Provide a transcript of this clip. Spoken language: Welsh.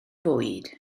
bwyd